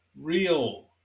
real